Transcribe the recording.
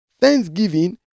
Thanksgiving